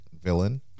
villain